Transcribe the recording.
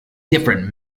different